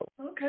Okay